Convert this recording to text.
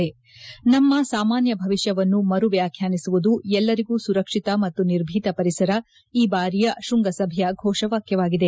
ನಮ್ಮ ಸಾಮಾನ್ಯ ಭವಿಷ್ಯವನ್ನು ಮರು ವ್ಯಾಖ್ಯಾನಿಸುವುದು ಎಲ್ಲರಿಗೂ ಸುರಕ್ಷಿತ ಮತು ನಿರ್ಭೀತ ಪರಿಸರ ಈ ಬಾರಿಯ ಶೃಂಗಸಭೆಯ ಘೋಷವಾಕ್ಯವಾಗಿದೆ